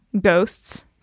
ghosts